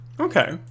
Okay